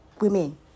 Women